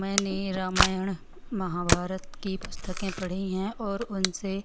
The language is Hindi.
मैंने रामायण महाभारत की पुस्तकें पढ़ी हैं और उनसे